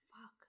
Fuck